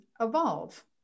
evolve